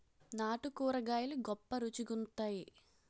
నాటు కూరగాయలు గొప్ప రుచి గుంత్తై